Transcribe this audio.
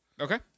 Okay